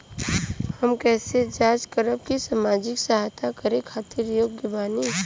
हम कइसे जांच करब की सामाजिक सहायता करे खातिर योग्य बानी?